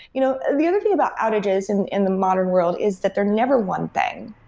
you know the other thing about outages in in the modern world is that there never one thing.